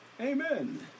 amen